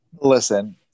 Listen